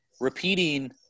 repeating